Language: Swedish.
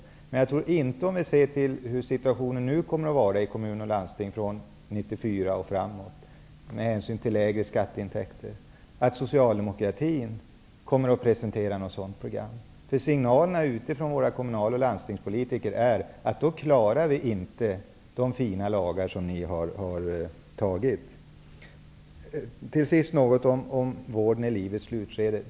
Men jag tror inte att Socialdemokraterna kommer att presentera ett sådant program, med hänsyn till hur situationen kommer att se ut i kommun och landsting från 1994 och framåt. De får då lägre skatteintäkter. Signalerna från våra kommunal och landstingspolitiker är ju att de då inte klarar av att uppfylla de fina lagar som ni har stiftat. Till sist vill jag säga något om vården i livets slutskede.